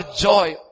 joy